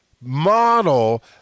model